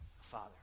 Father